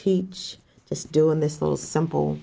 teach just do in this little simple